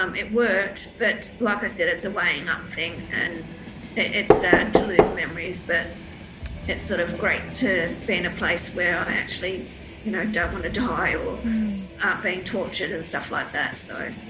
um it worked but, like i said, it's a weighing-up thing, and it's sad to lose memories but it's sort of great to be in a place where i actually you know don't want to die or aren't being tortured and stuff like that, so,